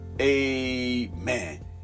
amen